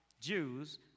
Jews